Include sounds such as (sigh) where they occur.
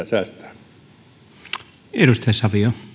(unintelligible) säästää arvoisa